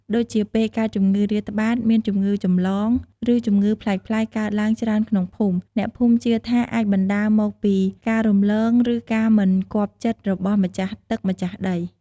ដូចជាពេលកើតជម្ងឺរាតត្បាត មានជម្ងឺចម្លង ឬជម្ងឺប្លែកៗកើតឡើងច្រើនក្នុងភូមិ អ្នកភូមិជឿថាអាចបណ្តាលមកពីការរំលង ឬការមិនគាប់ចិត្តរបស់ម្ចាស់ទឹកម្ចាស់ដី។